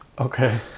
Okay